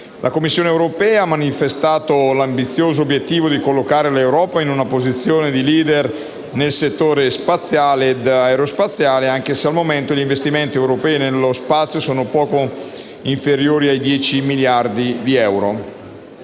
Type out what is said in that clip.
La Commissione europea ha manifestato l'ambizioso obiettivo di collocare l'Europa in una posizione di *leadership* nel settore spaziale e aerospaziale anche se, al momento, gli investimenti europei nello spazio sono di poco inferiori ai 10 miliardi di euro.